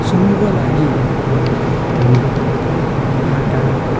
सुँगुरको लागि हामी आटा